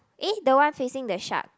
eh the one facing the shark